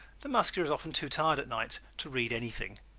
the muscular is often too tired at night to read anything.